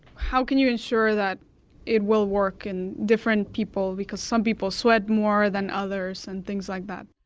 how can you ensure that it will work in different people, because some people sweat more than others and things like that?